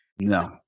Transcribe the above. no